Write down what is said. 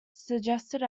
suggested